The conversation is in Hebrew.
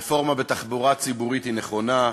רפורמה בתחבורה ציבורית היא נכונה,